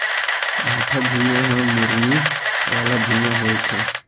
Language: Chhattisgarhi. भाठा भुइयां ह मुरमी वाला भुइयां होथे